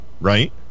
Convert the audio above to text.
right